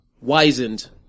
wizened